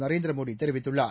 நரேந்திரமோடி தெரிவித்துள்ளார்